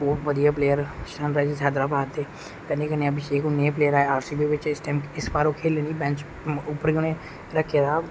बहुत बधिया player Sunrisers Hyderabad दे कन्नै कन्नै अभिशेक नेहा प्लेयर आया आरसीबी च इस बार ओह् खेली नेईं पाया बेंच उप्पर गै उनें रक्खे दा हा